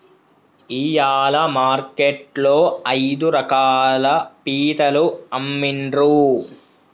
ఇయాల మార్కెట్ లో ఐదు రకాల పీతలు అమ్మిన్రు